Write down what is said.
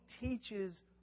teaches